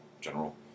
General